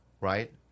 Right